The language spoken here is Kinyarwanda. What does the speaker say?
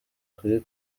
kuri